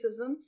racism